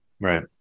Right